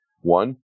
One